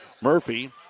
Murphy